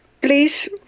please